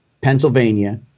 Pennsylvania